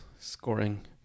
scoring